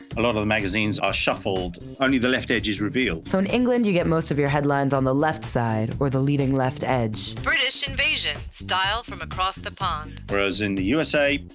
a lot of the magazines are shuffled, only the left edges reveal. so in england, you get most of your headlines on the left side, or the leading left edge. british invasion, style from across the pond. whereas in the usa,